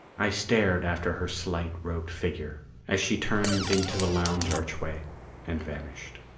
i stared after her slight robed figure as she turned into the lounge archway and vanished.